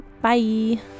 Bye